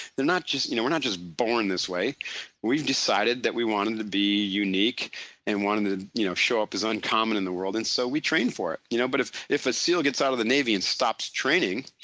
they're not just you know we're not just born this way we've decided that we wanted them to be unique and wanted to you know show up as uncommon in the world and so we train for it, you know but if if a seal gets out of the navy and stops training,